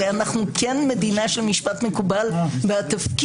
אנחנו כן מדינה של משפט מקובל ותפקיד